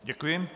Děkuji.